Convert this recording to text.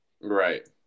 Right